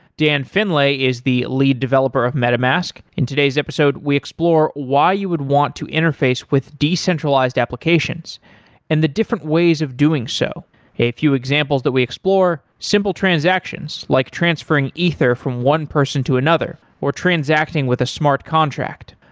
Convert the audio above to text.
dan finlay is the lead developer of metamask. in today's episode, we explore why you would want to interface with decentralized applications and the different ways of doing so a few examples that we explore, simple transactions like transferring ether from one person to another, or transacting with a smart contract.